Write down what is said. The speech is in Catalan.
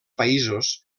països